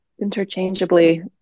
interchangeably